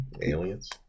Aliens